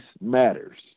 matters